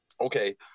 Okay